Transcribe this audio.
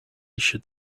should